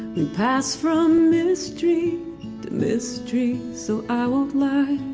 we pass from mystery to mystery so i won't lie